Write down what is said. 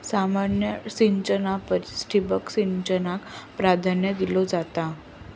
सामान्य सिंचना परिस ठिबक सिंचनाक प्राधान्य दिलो जाता